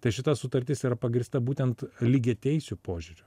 tai šita sutartis yra būtent lygiateisiu požiūriu